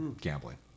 gambling